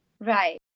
right